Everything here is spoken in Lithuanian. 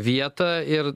vietą ir